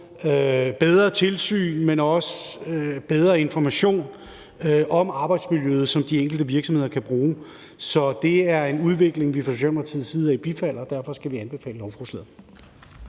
bedre tilsyn med, men også bedre information om arbejdsmiljøet, som de enkelte virksomheder kan bruge. Det er en udvikling, vi fra Socialdemokratiets side bifalder, og derfor skal vi anbefale lovforslaget.